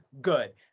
good